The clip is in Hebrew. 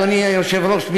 אדוני היושב-ראש,